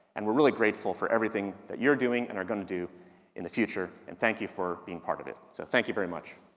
and we're really grateful for everything that you're doing and are going to do in the future. and thank you for being part of it. so thank you very much.